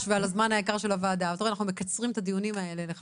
אף על פי שזאת שאלה נכונה שגם עלתה בדיון הקודם.